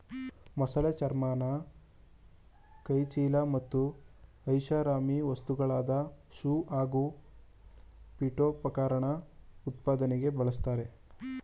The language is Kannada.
ಮೊಸಳೆ ಚರ್ಮನ ಕೈಚೀಲ ಮತ್ತು ಐಷಾರಾಮಿ ವಸ್ತುಗಳಾದ ಶೂ ಹಾಗೂ ಪೀಠೋಪಕರಣ ಉತ್ಪಾದನೆಗೆ ಬಳುಸ್ತರೆ